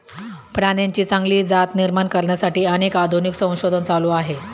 प्राण्यांची चांगली जात निर्माण करण्यासाठी अनेक आधुनिक संशोधन चालू आहे